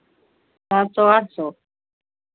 सात सौ आठ सौ